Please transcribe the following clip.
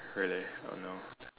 really oh no